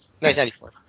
1994